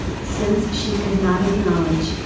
since she could not acknowledge,